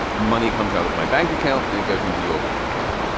money comes out of my bank account and it goes into your bank account,